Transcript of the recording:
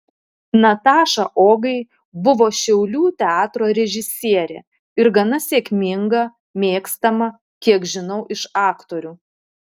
nataša ogai buvo šiaulių teatro režisierė ir gana sėkminga mėgstama kiek žinau iš aktorių